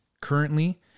Currently